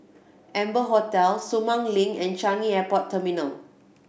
Amber Hotel Sumang Link and Changi Airport Terminal